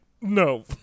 no